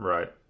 Right